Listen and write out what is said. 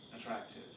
attractive